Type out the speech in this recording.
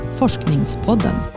forskningspodden